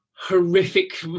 horrific